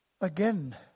Again